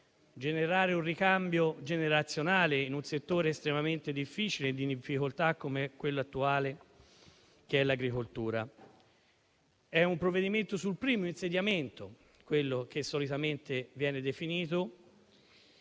generare un ricambio generazionale in un settore estremamente difficile e in difficoltà come l'agricoltura. È un provvedimento sul primo insediamento, quello che solitamente viene definito,